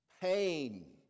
Pain